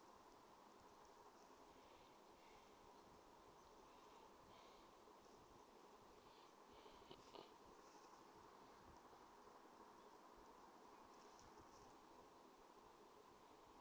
mmhmm